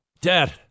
dad